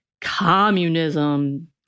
communism